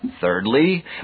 Thirdly